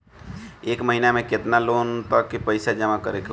एक महिना मे केतना लोन क पईसा जमा करे क होइ?